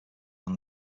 band